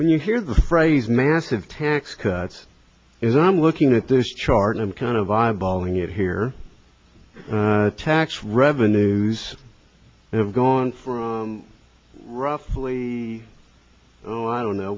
when you hear the phrase massive tax cuts is i'm looking at this chart i'm kind of eyeballing it here tax revenues have gone from roughly zero i don't know